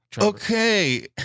Okay